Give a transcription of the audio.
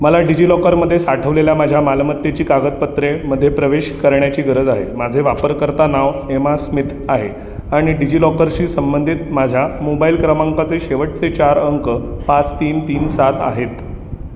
मला डिजिलॉकरमदे साठवलेल्या माझ्या मालमत्तेची कागदपत्रामध्ये प्रवेश करण्याची गरज आहे माझे वापरकर्ता नाव फेमा स्मिथ आहे आणि डिजिलॉकरशी संबंधित माझ्या मोबाईल क्रमांकाचे शेवटचे चार अंक पाच तीन तीन सात आहेत